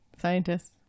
scientists